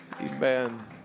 Amen